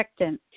protectant